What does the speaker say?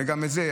וגם את זה,